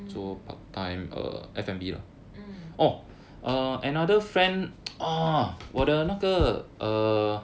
mm mm